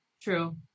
True